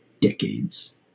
decades